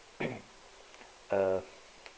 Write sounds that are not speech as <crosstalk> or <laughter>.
<coughs> err